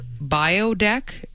Biodeck